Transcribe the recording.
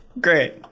great